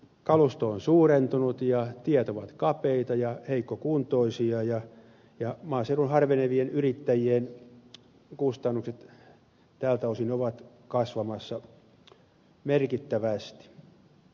kalusto on suurentunut ja tiet ovat kapeita ja heikkokuntoisia ja maaseudun harvenevien yrittäjien kustannukset tältä osin ovat kasvamassa merkittävästi